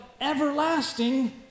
Everlasting